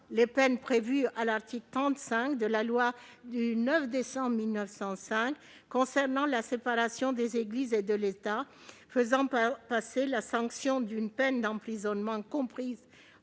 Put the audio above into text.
les peines prévues à l'article 35 de la loi du 9 décembre 1905 concernant la séparation des Églises et de l'État, la sanction passant d'une peine d'emprisonnement comprise